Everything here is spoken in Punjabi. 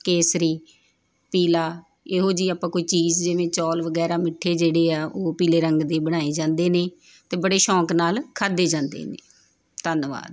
ਕੇਸਰੀ ਪੀਲਾ ਇਹੋ ਜਿਹੀ ਆਪਾਂ ਕੋਈ ਚੀਜ਼ ਜਿਵੇਂ ਚੌਲ ਵਗੈਰਾ ਮਿੱਠੇ ਜਿਹੜੇ ਆ ਉਹ ਪੀਲੇ ਰੰਗ ਦੇ ਬਣਾਏ ਜਾਂਦੇ ਨੇ ਅਤੇ ਬੜੇ ਸ਼ੌਂਕ ਨਾਲ ਖਾਦੇ ਜਾਂਦੇ ਨੇ ਧੰਨਵਾਦ